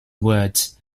words